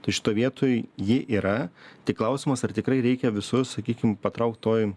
tai šitoj vietoj ji yra tik klausimas ar tikrai reikia visus sakykim patraukt toj